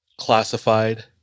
classified